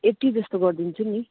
एट्टीजस्तो गरिदिन्छु नि